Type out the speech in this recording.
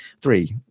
three